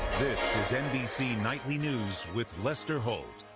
this is nbc nightly news with lester holt.